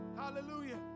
Hallelujah